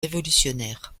révolutionnaires